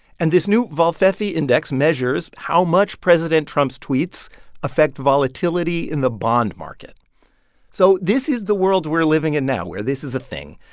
and this new volfefe index measures how much president trump's tweets affect volatility in the bond market so this is the world we're living in now, where this is a thing.